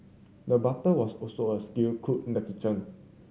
the butter was also a skilled cook in the kitchen